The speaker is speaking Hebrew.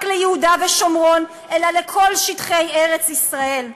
ליהודה ושומרון אלא לכל שטחי ארץ-ישראל.